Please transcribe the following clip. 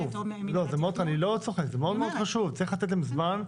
אני לא צוחק, זה מאוד חשוב, צריך לתת להם זמן,